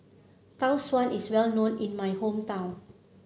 Tau Suan is well known in my hometown